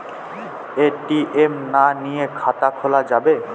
ATM না নিয়ে খাতা খোলা যাবে?